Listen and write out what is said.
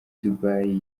dubai